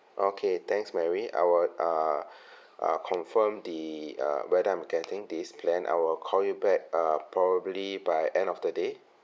okay thanks mary I will uh uh confirm the uh whether I'm getting this plan I will call you back uh probably by end of the day